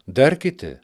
dar kiti